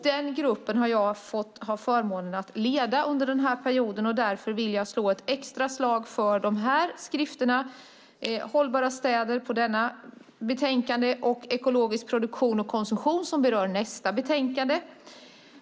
Denna grupp har jag haft förmånen att leda under denna period, och därför vill jag slå ett extra slag för dessa skrifter - hållbara städer i det ena betänkandet och ekologisk produktion och konsumtion, som berör nästa betänkande.